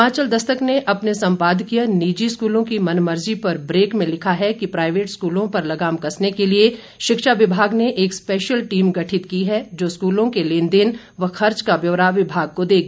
हिमाचल दस्तक ने अपने संपादकीय निजी स्कूलों की मनमर्जी पर ब्रेक में लिखा है कि प्राइवेट स्कूलों पर लगाम कसने के लिए शिक्षा विभाग ने एक स्पेशल टीम गठित की है जो स्कूलों के लेन देन व खर्च का ब्यौरा विभाग को देगी